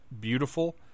beautiful